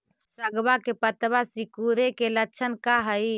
सगवा के पत्तवा सिकुड़े के लक्षण का हाई?